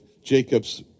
Jacob's